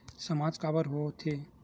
सामाज काबर हो थे?